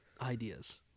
ideas